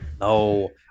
No